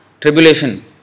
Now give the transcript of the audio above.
tribulation